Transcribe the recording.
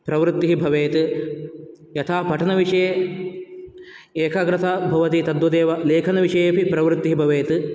प्रवृत्तिः भवेत् यथा पठनविषये एकाग्रता भवति तद्वदेव लेखनविषये अपि प्रवृत्तिः भवेत्